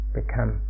become